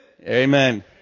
Amen